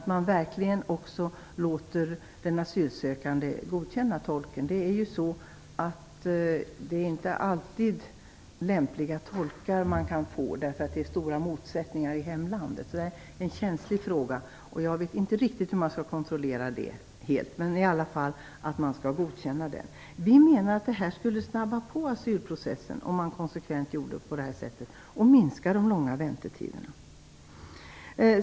Man skall också låta den asylsökande godkänna tolken. De kan inte alltid få lämpliga tolkar, eftersom det är stora motsättningar i hemlandet. Detta är en känslig fråga. Jag vet inte riktigt hur man skall kunna kontrollera det, men de asylsökande skall i alla fall godkänna tolkarna. Vi menar att det skulle snabba på asylprocessen om man konsekvent gjorde på det här sättet, och det skulle minska de långa väntetiderna.